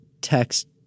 text